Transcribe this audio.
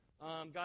God